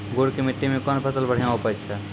गुड़ की मिट्टी मैं कौन फसल बढ़िया उपज छ?